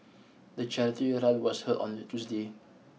the charity run was held on a Tuesday